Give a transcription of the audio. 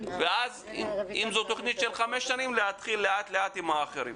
ואז אם זאת תכנית של חמש שנים להתחיל לאט-לאט עם האחרים.